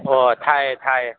ꯑꯣ ꯊꯥꯏꯌꯦ ꯊꯥꯏꯌꯦ